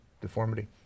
deformity